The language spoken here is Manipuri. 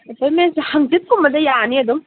ꯑꯦꯄꯣꯏꯟꯃꯦꯟꯁꯦ ꯍꯪꯆꯤꯠ ꯀꯨꯝꯕꯗ ꯌꯥꯅꯤ ꯑꯗꯨꯝ